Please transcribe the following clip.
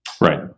right